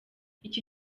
iki